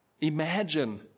Imagine